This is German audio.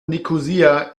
nikosia